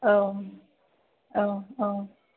औ औ औ